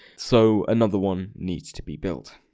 so another one needs to be built.